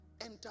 enter